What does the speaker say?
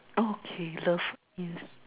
okay love yes